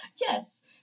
Yes